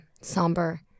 somber